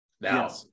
Now